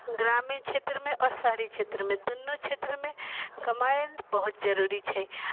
ग्रामीण क्षेत्रमे आओर शहरी क्षेत्रमे दूनू क्षेत्रमे कमाइन बहुत जरूरी छै